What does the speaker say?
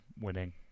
winning